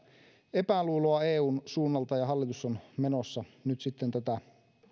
epäluuloa eun suunnalta ja hallitus on menossa nyt tätä